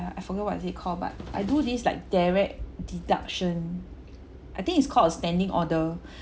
I forgot what is it call but I do this like direct deduction I think it's called standing order